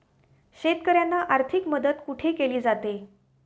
शेतकऱ्यांना आर्थिक मदत कुठे केली जाते?